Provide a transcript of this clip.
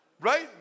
Right